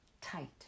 tight